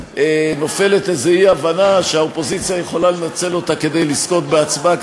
נופלת איזו אי-הבנה שהאופוזיציה יכולה לנצל אותה כדי לזכות בהצבעה,